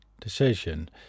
decision